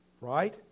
Right